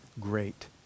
great